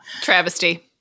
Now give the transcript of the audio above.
travesty